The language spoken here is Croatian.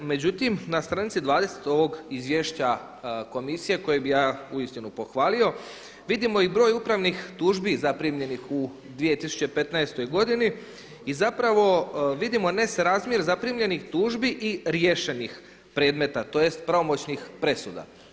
Međutim na stranici 20 ovog izvješća komisije kojeg bi ja uistinu pohvalio vidimo i broj upravnih tužbi zaprimljenih u 2015. godini i zapravo vidimo nesrazmjer zaprimljenih tužbi i riješenih predmeta tj. pravomoćnih presuda.